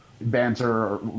banter